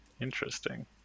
Interesting